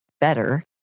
better